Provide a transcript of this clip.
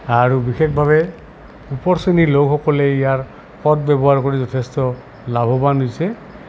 আৰু বিশেষভাৱে উপৰ শ্ৰেনীৰ লোকসকলে ইয়াৰ সদব্যৱহাৰ কৰি যথেষ্ট লাভৱান হৈছে